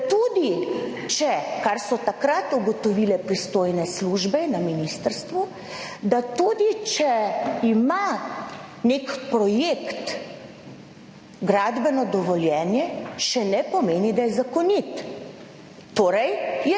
Da tudi če, kar so takrat ugotovile pristojne službe na ministrstvu, da tudi če ima nek projekt gradbeno dovoljenje, še ne pomeni, da je zakonit. Torej je